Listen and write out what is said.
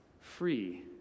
Free